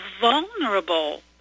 vulnerable